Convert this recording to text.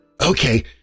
Okay